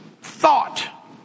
thought